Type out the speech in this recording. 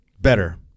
Better